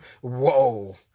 whoa